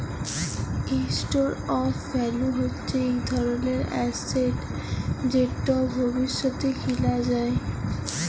store of value হচ্যে ইক ধরলের এসেট যেট ভবিষ্যতে কিলা যায়